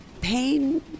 pain